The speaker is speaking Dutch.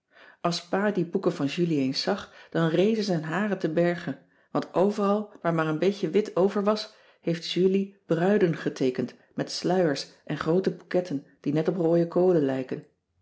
pa die boeken van julie eens zag dan rezen zijn haren ten berge want overal waar maar een beetje wit over was heeft julie bruiden geteekend met sluiers en groote bouquetten die net op rooie kolen lijken